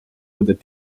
with